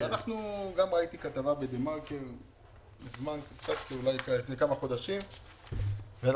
ראיתי גם כתבה בדה מרקר לפני כמה חודשים ואנחנו